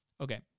Okay